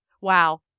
Wow